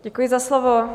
Děkuji za slovo.